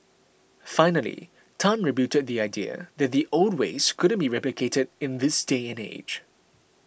finally Tan rebutted the idea that the old ways couldn't be replicated in this day and age